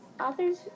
Authors